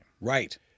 Right